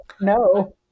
No